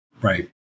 Right